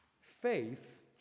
Faith